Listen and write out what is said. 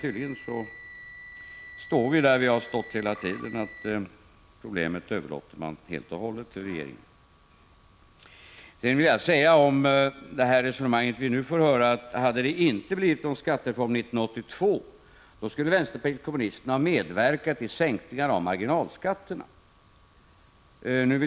Tydligen står vi kvar där vi hela tiden har stått — man överlåter helt och hållet på regeringen att lösa problemet. Nu får vi höra resonemanget att om det inte hade blivit någon skattereform 1982, skulle vänsterpartiet kommunisterna ha medverkat till sänkningar av marginalskatterna.